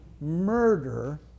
murder